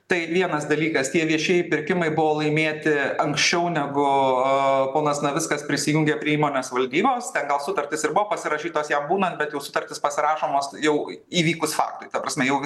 tai vienas dalykas tie viešieji pirkimai buvo laimėti anksčiau negu aaa ponas navickas prisijungė prie įmonės valdybos gal sutartys ir buvo pasirašytos jam būnant bet jau sutartys pasirašomos jau įvykus faktui ta prasme jau